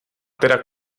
teda